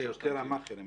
זה יותר המאכרים.